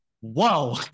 whoa